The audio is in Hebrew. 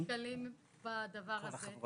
וגם לא דיברו על אלה שבפעם הראשונה נתקלים בדבר הזה.